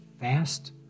fast